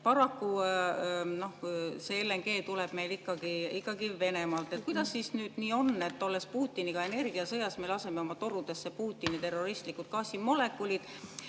Paraku tuleb LNG meile ikkagi Venemaalt. Kuidas nüüd nii on, et olles Putiniga energiasõjas, me laseme oma torudesse Putini terroristlikud gaasimolekulid?